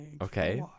okay